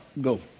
go